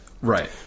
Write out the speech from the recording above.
right